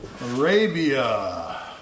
Arabia